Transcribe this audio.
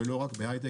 ולא רק בהיי-טק,